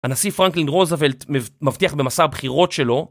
הנשיא פרנקלין רוזוולט מבטיח במסע הבחירות שלו.